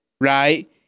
right